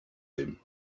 him